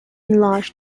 large